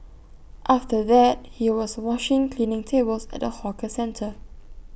after that he was washing cleaning tables at A hawker centre